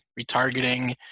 retargeting